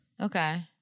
Okay